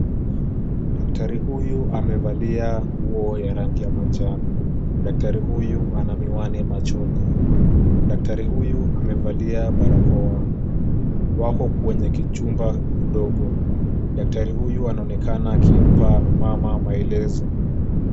Daktari huyu amevalia nguo ya rangi ya manjano. Daktari huyu ana miwani machoni. Daktari huyu amevalia barakoa. Wako kwenye kichumba ndogo. Daktari huyu anaonekana akimpa mama maelezo.